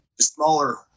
smaller